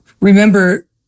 remember